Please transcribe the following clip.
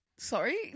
Sorry